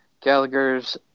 Gallagher's